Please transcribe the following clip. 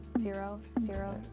zero, zero.